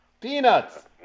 peanuts